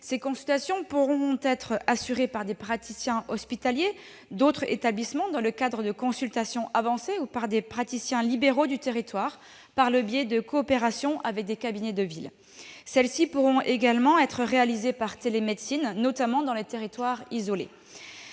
Ces consultations pourront être assurées par des praticiens hospitaliers d'autres établissements dans le cadre de consultations avancées, ou par des praticiens libéraux du territoire des coopérations avec les cabinets de ville. Celles-ci pourront également être réalisées par télémédecine, notamment dans les territoires isolés.